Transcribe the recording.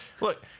Look